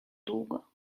długo